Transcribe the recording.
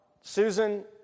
Susan